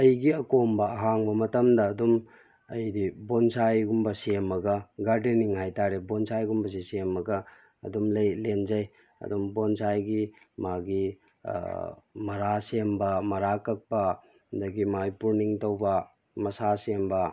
ꯑꯩꯒꯤ ꯑꯀꯣꯝꯕ ꯑꯍꯥꯡꯕ ꯃꯇꯝꯗ ꯑꯗꯨꯝ ꯑꯩꯗꯤ ꯕꯣꯟꯁꯥꯏꯒꯨꯝꯕ ꯁꯦꯝꯂꯒ ꯒꯥꯔꯗꯦꯅꯤꯡ ꯍꯥꯏꯇꯥꯔꯦ ꯕꯣꯟꯁꯥꯏꯒꯨꯝꯕꯁꯤ ꯁꯦꯝꯂꯒ ꯑꯗꯨꯝ ꯂꯩ ꯂꯦꯟꯖꯩ ꯑꯗꯨꯝ ꯕꯣꯟꯁꯥꯏꯒꯤ ꯃꯥꯒꯤ ꯃꯔꯥ ꯁꯦꯝꯕ ꯃꯔꯥ ꯀꯛꯄ ꯑꯗꯒꯤ ꯃꯥꯏ ꯄꯨꯔꯅꯤꯡ ꯇꯧꯕ ꯃꯁꯥ ꯁꯦꯝꯕ